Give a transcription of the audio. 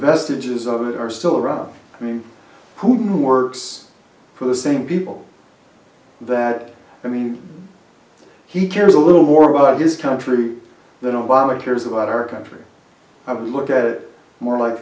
vestiges of it are still around me who works for the same people that i mean he cares a little more about his country than obama cares about our country i mean look at it more like